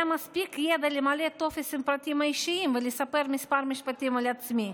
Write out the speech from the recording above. היה מספיק ידע למלא טופס עם פרטים אישיים ולספר בכמה משפטים על עצמי,